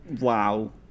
Wow